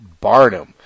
Barnum